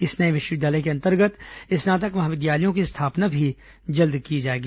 इस नए विश्वविद्यालय के अंतर्गत स्नातक महाविद्यालयों की स्थापना भी जल्द की जाएगी